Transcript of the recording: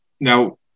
Now